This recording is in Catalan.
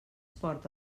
porta